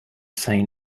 say